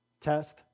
Test